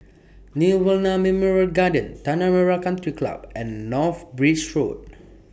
Nirvana Memorial Garden Tanah Merah Country Club and North Bridge Road